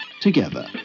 Together